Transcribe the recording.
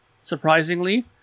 surprisingly